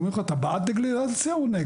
שואלים אותך: "אתה בעד לגליזציה או נגד?